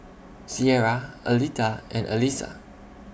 Cierra Aletha and Alisa